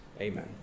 Amen